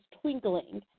twinkling